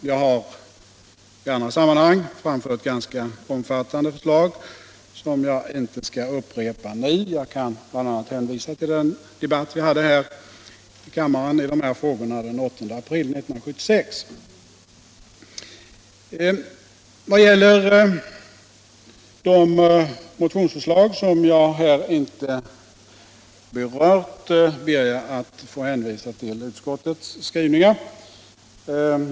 Jag har i andra sammanhang framfört ganska omfattande förslag, som jag inte skall upprepa nu. Jag kan bl.a. hänvisa till den debatt vi hade här i kammaren om dessa frågor den 8 april 1976. När det gäller de motionsförslag som jag här inte berört ber jag att få hänvisa till utskottets skrivningar.